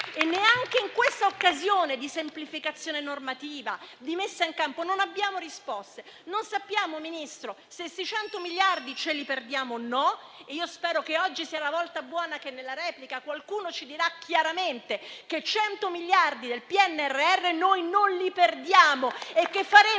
e neanche in questa occasione di semplificazione normativa e di messa in campo non abbiamo risposte. Non sappiamo, Ministro, se questi 100 miliardi li perdiamo o no. Spero che oggi sia la volta buona e che qualcuno, in sede di replica, ci dica chiaramente se questi 100 miliardi del PNRR noi li perdiamo. Faremo